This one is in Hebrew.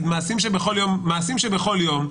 מעשים שבכל יום.